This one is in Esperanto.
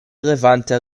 levante